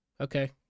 okay